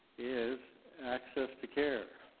is access to care.